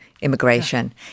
immigration